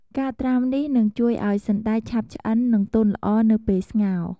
ការត្រាំនេះនឹងជួយឱ្យសណ្ដែកឆាប់ឆ្អិន និងទន់ល្អនៅពេលស្ងោរ។